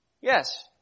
yes